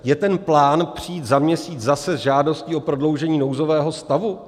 Je ten plán přijít za měsíc zase s žádostí o prodloužení nouzového stavu?